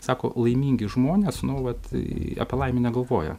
sako laimingi žmonės nuolat apie laimę galvoja